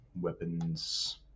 weapons